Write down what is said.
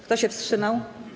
Kto się wstrzymał?